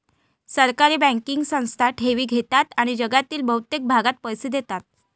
सहकारी बँकिंग संस्था ठेवी घेतात आणि जगातील बहुतेक भागात पैसे देतात